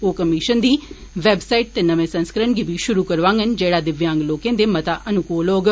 ओह् कमिशन दी वैबसाइट दे नमें संस्करण गी बी शुरु करोआङन जेह्ड़ा दिव्यांग लोकें दे मता अनुकूल होग